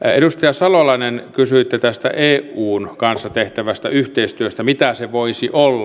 edustaja salolainen kysyitte tästä eun kanssa tehtävästä yhteistyöstä mitä se voisi olla